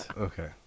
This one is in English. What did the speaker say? okay